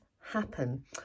happen